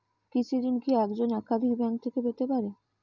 কৃষিঋণ কি একজন একাধিক ব্যাঙ্ক থেকে পেতে পারে?